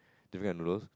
different kind of noodles